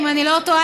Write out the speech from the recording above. אם אני לא טועה,